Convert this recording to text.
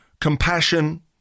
compassion